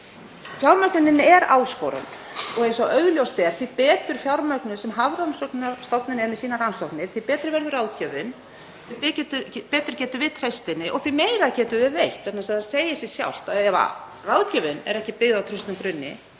af. Fjármögnunin er áskorun og eins og augljóst er, því betur fjármögnuð sem Hafrannsóknastofnun er með sínar rannsóknir, því betri verður ráðgjöfin, því betur getum við treyst henni og því meira getum við veitt, vegna þess að það segir sig sjálft að ef ráðgjöfin er ekki byggð á traustum grunni